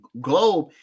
globe